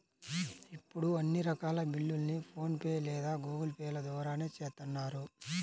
ఇప్పుడు అన్ని రకాల బిల్లుల్ని ఫోన్ పే లేదా గూగుల్ పే ల ద్వారానే చేత్తన్నారు